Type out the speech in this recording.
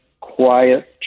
quiet